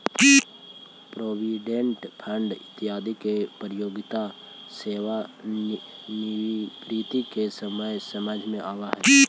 provident fund इत्यादि के उपयोगिता सेवानिवृत्ति के समय समझ में आवऽ हई